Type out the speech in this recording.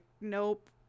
nope